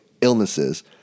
illnesses